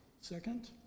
Second